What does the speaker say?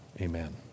Amen